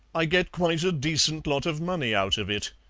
i get quite a decent lot of money out of it.